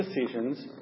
decisions